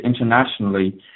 internationally